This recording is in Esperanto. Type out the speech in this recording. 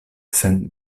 sen